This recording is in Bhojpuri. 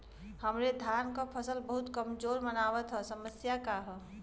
हमरे धान क फसल बहुत कमजोर मनावत ह समस्या का ह?